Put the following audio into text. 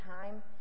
time